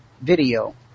video